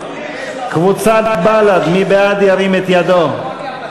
קבוצת בל"ד, חבר הכנסת ג'מאל זחאלקה.